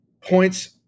points